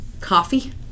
coffee